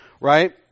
right